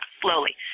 slowly